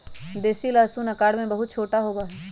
देसी लहसुन आकार में बहुत छोटा होबा हई